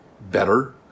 better